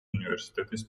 უნივერსიტეტის